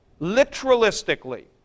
Literalistically